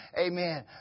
Amen